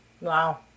Wow